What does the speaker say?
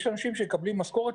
ישנה כאן רשימה מפורטת.